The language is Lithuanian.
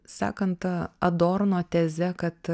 sekant ta adorno teze kad